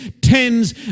tens